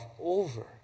over